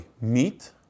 meat